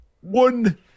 One